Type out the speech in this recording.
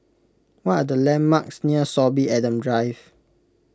what are the landmarks near Sorby Adams Drive